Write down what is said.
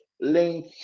link